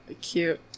Cute